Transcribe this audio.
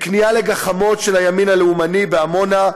לכניעה לגחמות של הימין הלאומני בעמונה,